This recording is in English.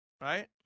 Right